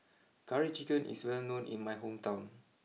Curry Chicken is well known in my hometown